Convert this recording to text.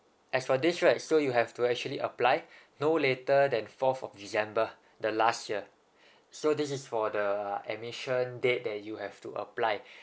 as for this right so you have to actually apply no later than fourth of december the last year so this is for the admission date that you have to apply